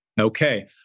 Okay